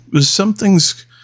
something's